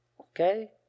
Okay